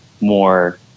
more